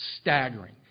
staggering